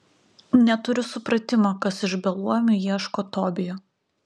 neturiu supratimo kas iš beluomių ieško tobijo